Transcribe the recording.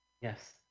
yes